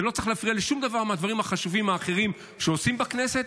זה לא צריך להפריע לשום דבר מהדברים החשובים האחרים שעושים בכנסת,